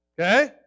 Okay